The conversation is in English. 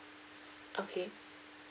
okay